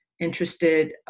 interested